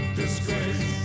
disgrace